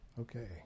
Okay